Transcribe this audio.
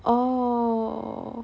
orh